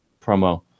promo